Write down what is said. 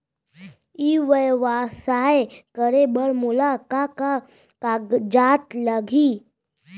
ई व्यवसाय करे बर मोला का का कागजात लागही?